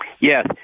Yes